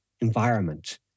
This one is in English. environment